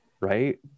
right